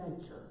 nature